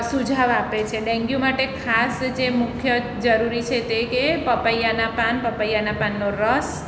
સુઝાવ આપે છે ડેન્ગ્યુ માટે ખાસ જે મુખ્ય જરૂરી છે તે કે પપૈયાના પાન પપૈયાના પાનનો રસ